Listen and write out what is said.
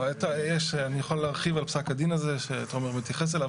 אני יכול להרחיב על פסק הדין הזה שתומר מתייחס אליו,